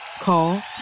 call